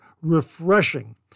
Refreshing